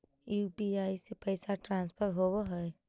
UPI से पैसा transfer होवहै?